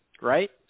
Right